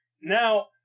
Now